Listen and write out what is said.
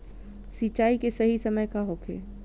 सिंचाई के सही समय का होखे?